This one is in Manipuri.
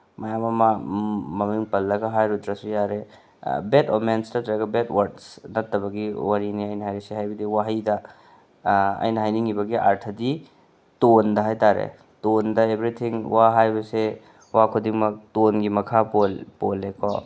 ꯃꯌꯥꯝ ꯑꯃ ꯃꯃꯤꯡ ꯄꯜꯂꯒ ꯍꯥꯏꯔꯨꯗ꯭ꯔꯁꯨ ꯌꯥꯔꯦ ꯕꯦꯗ ꯀꯝꯃꯦꯟ ꯅꯠꯇꯔꯒ ꯕꯦꯗ ꯋꯥꯔꯗꯁ ꯅꯠꯕꯒꯤ ꯋꯥꯔꯤꯅꯦ ꯑꯩꯅ ꯍꯥꯏꯁꯦ ꯍꯥꯏꯕꯗꯤ ꯋꯥꯍꯩꯗ ꯑꯩꯅ ꯍꯥꯏꯅꯤꯡꯂꯤꯕ ꯑꯥꯔꯊꯗ ꯇꯣꯟꯗ ꯍꯥꯏꯇꯔꯦ ꯇꯣꯟꯗ ꯑꯦꯚꯔꯤꯊꯤꯡ ꯋꯥ ꯍꯥꯏꯕꯁꯤ ꯋꯥ ꯈꯨꯗꯤꯡꯃꯛ ꯇꯣꯟꯒꯤ ꯃꯈꯥ ꯄꯣꯜꯂꯦ ꯀꯣ